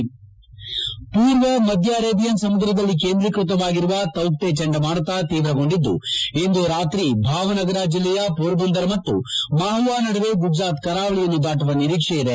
head ಪೂರ್ವ ಮಧ್ಯ Arabian ಸಮುದ್ರದಲ್ಲಿ ಕೇಂದ್ರೀಕ್ಸತವಾಗಿರುವ ತೌಕ್ತೆ ಚಂಡಮಾರು ತೀವ್ರಗೊಂಡಿದ್ದು ಇಂದು ರಾತ್ರಿ ಭಾವನಗರ ಜಿಲ್ಲೆಯ ಪೊರ್ಬಂದರ್ ಮತ್ತು ಮಾಹುವಾ ನಡುವೆ ಗುಜರಾತ್ ಕರಾವಳಿಯನ್ನು ದಾಟುವ ನಿರೀಕ್ಷೆ ಇದೆ